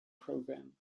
program